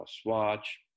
Swatch